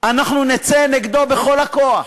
אנחנו נצא נגדו בכל הכוח.